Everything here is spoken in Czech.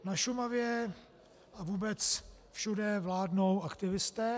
Na Šumavě a vůbec všude vládnou aktivisté.